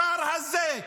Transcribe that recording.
השר הזה,